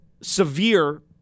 severe